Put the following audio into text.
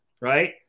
Right